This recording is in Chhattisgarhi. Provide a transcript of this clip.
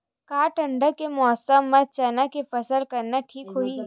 का ठंडा के मौसम म चना के फसल करना ठीक होही?